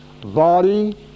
body